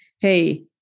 hey